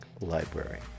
Library